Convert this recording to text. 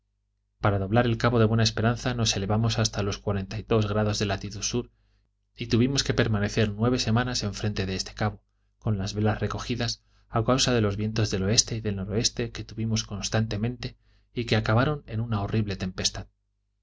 para doblar el cabo de buena esperanza nos elevamos hasta los cuarenta grados de latitud sur y tuvimos que permanecer nueve semanas enfrente de este cabo con las velas recogidas a causa de los vientos del oeste y del noroeste que tuvimos constantemente y que acabaron en una horrible tempestad